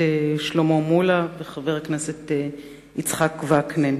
שלמה מולה וחבר הכנסת יצחק וקנין.